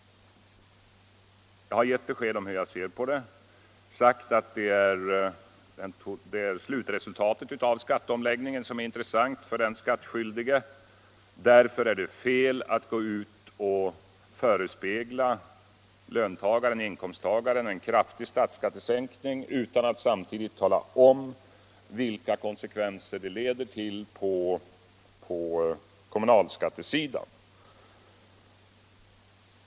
Jag har givit besked om hur jag ser på den. Jag har sagt att det är slutresultatet av skatteomläggningen som är intressant för den skattskyldige. Därför är det fel att förespegla inkomsttagarna en kraftig statsskattesänkning utan att samtidigt tala om vilka konsekvenser det leder till i fråga om kommunalskatten.